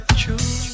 true